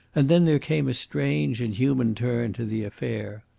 and then there came a strange and human turn to the affair.